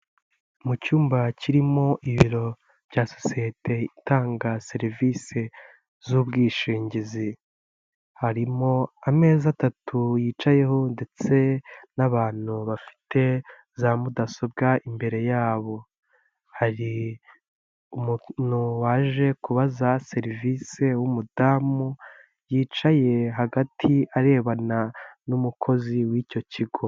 Mu cyumba kirimo ibiro bya sosiyete itanga serivisi z'ubwishingizi, harimo ameza atatu yicayeho ndetse n'abantu bafite za mudasobwa imbere yabo, hari umuntu waje kubaza serivisi w'umudamu yicaye hagati arebana n'umukozi w'icyo kigo.